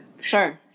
Sure